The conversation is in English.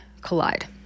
collide